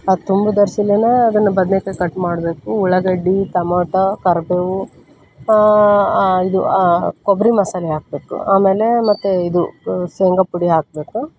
ಆ ತುಂಬು ಅದನ್ನು ಬದ್ನೆಕಾಯಿ ಕಟ್ ಮಾಡಬೇಕು ಉಳ್ಳಾಗಡ್ಡೆ ಟೊಮಟೊ ಕರಿಬೇವು ಇದು ಕೊಬ್ಬರಿ ಮಸಾಲೆ ಹಾಕಬೇಕು ಆಮೇಲೆ ಮತ್ತು ಇದು ಶೇಂಗಾ ಪುಡಿ ಹಾಕ್ಬೇಕು